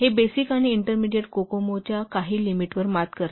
हे बेसिक आणि intermediate COCOMO च्या काही लिमिटवर मात करते